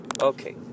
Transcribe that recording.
Okay